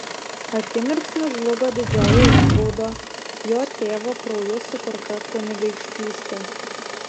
akimirksniu žlugo didžioji rimgaudo jo tėvo krauju sukurta kunigaikštystė